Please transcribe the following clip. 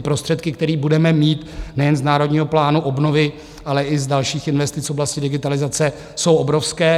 Prostředky, které budeme mít nejen z Národního plánu obnovy, ale i z dalších investic v oblasti digitalizace, jsou obrovské.